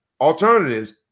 alternatives